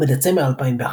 בדצמבר 2011